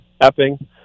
epping